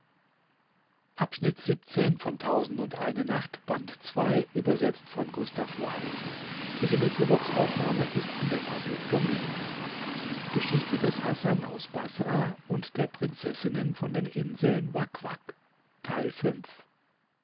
hasan aus baßrah